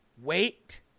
Wait